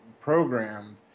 programmed